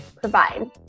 provide